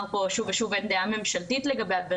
פה שוב ושוב אין דעה ממשלתית לגבי זה,